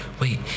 wait